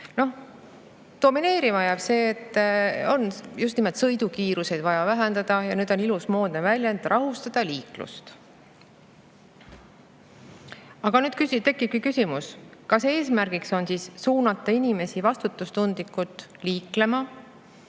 Domineerima jääb see, et on just nimelt sõidukiiruseid vaja vähendada. Nüüd on ilus moodne väljend "rahustada liiklust". Aga tekib küsimus, kas eesmärgiks on siis suunata inimesi vastutustundlikult liiklema